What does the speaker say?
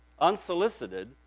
unsolicited